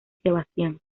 sebastián